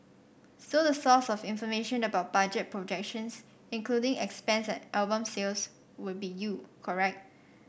so the source of information about budget projections including expense and album sales would be you correct